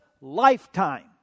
lifetime